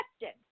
question